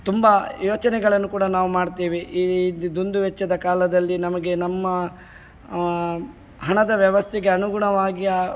ತುಂಬ ಯೋಚನೆಗಳನ್ನು ಕೂಡ ನಾವು ಮಾಡ್ತೇವೆ ಈ ದುಂದು ವೆಚ್ಚದ ಕಾಲದಲ್ಲಿ ನಮಗೆ ನಮ್ಮ ಹಣದ ವ್ಯವಸ್ಥೆಗೆ ಅನುಗುಣವಾಗಿ